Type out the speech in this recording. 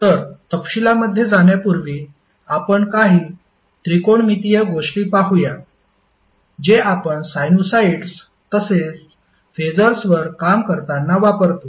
तर तपशिलांमध्ये जाण्यापूर्वी आपण काही त्रिकोनमितीय गोष्टी पाहूया जे आपण साइनुसॉईड्स तसेच फेसर्सवर काम करताना वापरतो